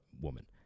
woman